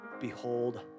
behold